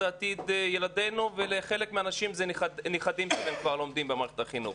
היא עתיד ילדינו ולחלק מהאנשים אלה הנכדים שלהם שלומדים במערכת החינוך.